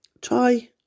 try